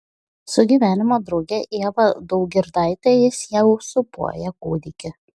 su gyvenimo drauge ieva daugirdaite jis jau sūpuoja kūdikį